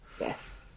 Yes